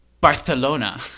Barcelona